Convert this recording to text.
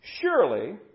Surely